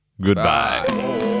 Goodbye